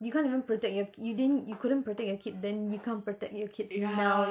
you can't even protect your you didn't you couldn't protect your kid then you can't protect your kid now